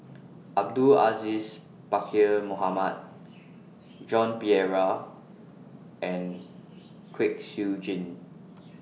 Abdul Aziz Pakkeer Mohamed Joan Pereira and Kwek Siew Jin